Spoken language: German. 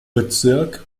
bezirk